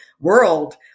world